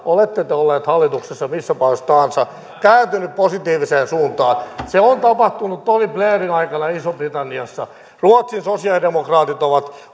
olette te olleet hallituksessa millä paikalla tahansa kääntynyt positiiviseen suuntaan se on tapahtunut tony blairin aikana isossa britanniassa ruotsin sosialidemokraatit ovat